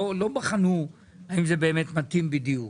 לא בחנו אם זה באמת מתאים בדיוק,